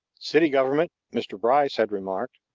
city government, mr. bryce had remarked,